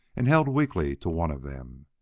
and held weakly to one of them.